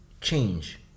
change